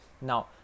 Now